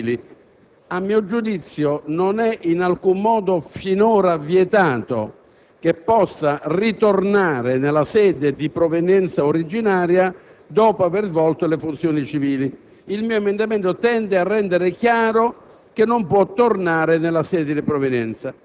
corte d'appello per svolgere funzioni civili. A mio giudizio, finora non è in alcun modo vietato che egli possa ritornare nella sede di provenienza originaria dopo aver svolto le funzioni civili. Il mio emendamento tende a rendere chiaro